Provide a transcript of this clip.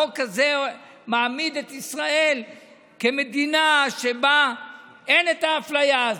החוק הזה מעמיד את ישראל כמדינה שבה אין את האפליה הזאת.